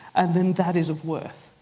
and then that is of worth.